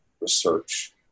research